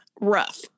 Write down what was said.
rough